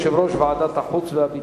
יושב-ראש ועדת החוץ והביטחון.